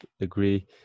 agree